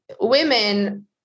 women